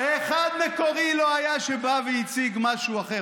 אחד מקורי לא היה שבא והציג משהו אחר.